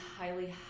highly